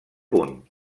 punt